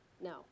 no